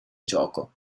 gioco